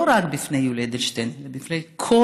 לא רק בפני יולי אדלשטיין אלא בפני כל